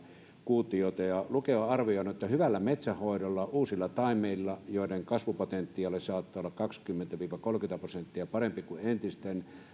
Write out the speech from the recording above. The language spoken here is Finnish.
kuutiota luke on arvioinut että hyvällä metsänhoidolla uusilla taimilla joiden kasvupotentiaali saattaa olla kaksikymmentä viiva kolmekymmentä prosenttia parempi kuin entisten